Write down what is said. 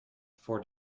voor